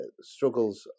struggles